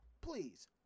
please